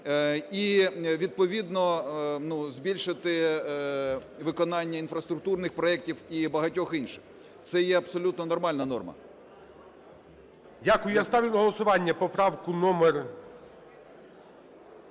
і відповідно збільшити виконання інфраструктурних проектів і багатьох інших. Це є абсолютно нормальна норма.